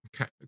Okay